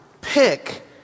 pick